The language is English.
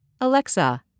Alexa